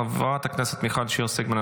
חברת הכנסת מיכל שיר סגמן,